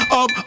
up